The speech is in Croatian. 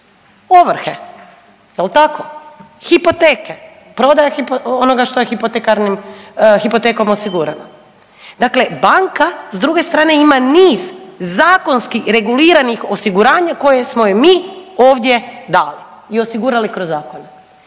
ovrhe. Jel' tako? Hipoteke, prodaje onoga što je hipotekom osigurano. Dakle, banka s druge strane ima niz zakonski reguliranih osiguranja koje smo joj mi ovdje dali i osigurali kroz zakone.